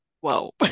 whoa